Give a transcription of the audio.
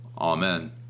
Amen